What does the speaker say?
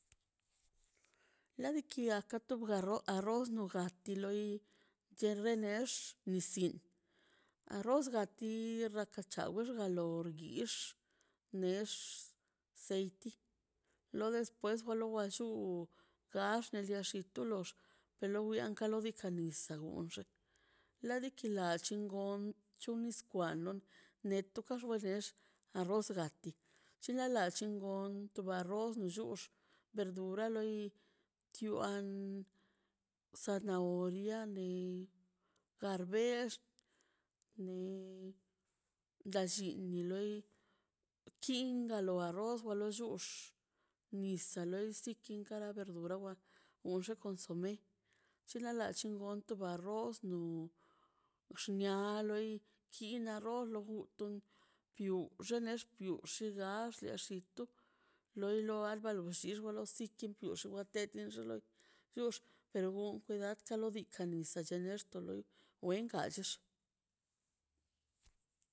La dikia duga roz nugate loi chede next nisyin arroz gati raka chawgalo lor guix next seiti lo depues jalo ba llu gax lolletu pelo wwiankalo dika nisa gun gunxe ladiki lanlli gon chinis kwanlo netu kaxwexex arroz gati chilalantui gon tu arroz ba tux verdura loi tu an zanahoria lei kalbex ne dallinli loi kingalo arroz wa lo llux nisa lox sinki kara verdura wa lo la onxe consume chula la kon su wwa rroz no xnia loi kin na rroz lo kutu yu xunex yu xigax le xitu loi albalo lo llixu per yon kwidad te lo zikan nis chenox to loi wen gaxex